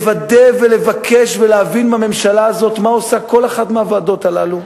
לוודא ולבקש ולהבין מהממשלה הזאת מה עושה כל אחת מהוועדות הללו,